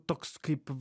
toks kaip